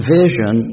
vision